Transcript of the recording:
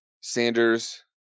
Sanders